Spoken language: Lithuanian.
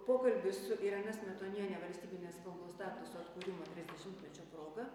pokalbis su irena smetoniene valstybinės kalbos statuso atkūrimo trisdešimtmečio proga